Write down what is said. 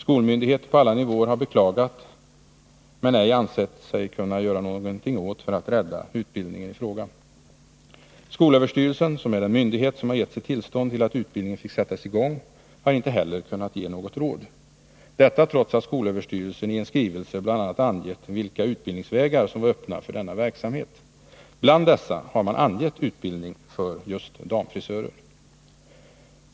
Skolmyndigheter på alla nivåer har beklagat men ej ansett sig kunna göra något för att rädda utbildningen. Skolöverstyrelsen, som är den myndighet som har gett sitt tillstånd till att utbildningen sattes i gång, har inte heller kunnat ge något råd — detta trots att skolöverstyrelsen i en skrivelse angett vilka utbildningsvägar som var öppna för denna verksamhet och bland dessa tagit med just utbildning för damfrisörer.